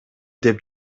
деп